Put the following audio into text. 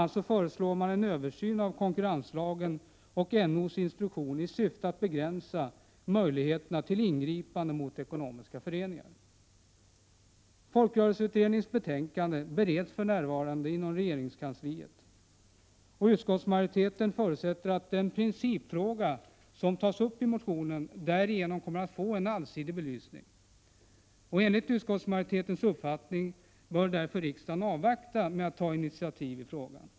a. föreslås en översyn av konkurrenslagen och NO:s instruktion i syfte att begränsa Folkrörelseutredningens betänkande bereds för närvarande inom regeringskansliet. Utskottsmajoriteten förutsätter att den principfråga som tas upp i motionen därigenom kommer att få en allsidig belysning. Enligt utskottsmajoritetens uppfattning bör därför riksdagen avvakta med att ta initiativ i frågan.